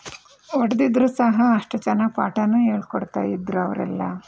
ಹೊಡೆದಿದ್ರೂ ಸಹ ಅಷ್ಟು ಚೆನ್ನಾಗಿ ಪಾಠನೂ ಹೇಳ್ಕೊಡ್ತಾ ಇದ್ರು ಅವರೆಲ್ಲ